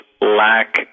lack